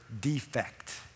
defect